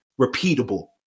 repeatable